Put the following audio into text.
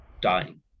dying